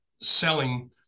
selling